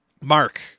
Mark